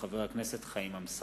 מאת חבר הכנסת חיים אמסלם.